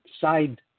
side